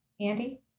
Andy